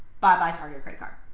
bye bye, target credit card.